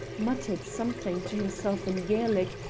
muttered something to himself in gaelic,